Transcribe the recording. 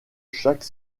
chaque